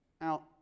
Now